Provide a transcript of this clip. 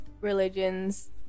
religions